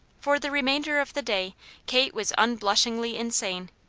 for the remainder of the day kate was unblushingly insane.